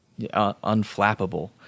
unflappable